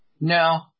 No